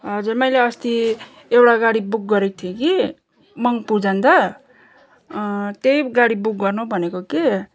हजुर मैले अस्ती एउटा गाडी बुक गरेको थिएँ कि मङ्पु जाँदा त्यही गाडी बुक गर्नु भनेको कि